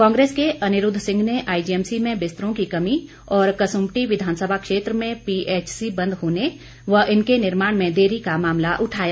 कांग्रेस के अनिरूद्व सिंह ने आईजीएमसी में बिस्तरों की कमी और कसुमपटी विघानसभा क्षेत्र में पीएचसी बंद होने व इनके निर्माण में देरी का मामला उठाया